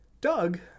Doug